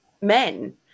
men